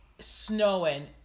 snowing